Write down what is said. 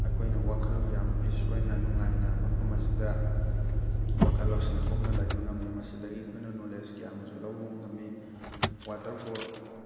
ꯑꯩꯈꯣꯏꯅ ꯋꯥꯈꯜꯁꯨ ꯌꯥꯝ ꯄꯤꯁ ꯑꯣꯏꯅ ꯅꯨꯡꯉꯥꯏꯅ ꯃꯐꯝ ꯑꯁꯤꯗ ꯋꯥꯈꯜ ꯂꯧꯁꯤꯡ ꯊꯣꯛꯅ ꯂꯩꯕ ꯉꯝꯃꯤ ꯃꯁꯤꯗꯒꯤ ꯑꯩꯈꯣꯏꯅ ꯅꯣꯂꯦꯖ ꯀꯌꯥ ꯑꯃꯁꯨ ꯂꯧꯕ ꯉꯝꯃꯤ ꯋꯥꯇꯔꯐꯣꯜ